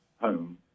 home